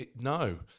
No